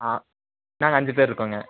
ஆ நாங்கள் அஞ்சு பேர் இருக்கோம்ங்க